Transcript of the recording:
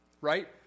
Right